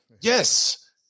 yes